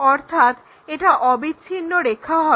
অর্থাৎ একটা অবিচ্ছিন্ন রেখা হবে